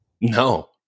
No